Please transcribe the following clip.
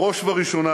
בראש ובראשונה,